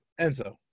Enzo